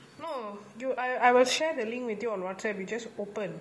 no you I'll I will share the link with you on whatsapp you just open